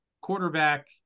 quarterback